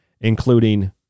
including